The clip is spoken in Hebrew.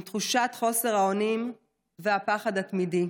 עם תחושת חוסר האונים והפחד התמידי.